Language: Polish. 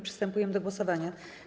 Przystępujemy do głosowania.